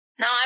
No